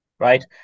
Right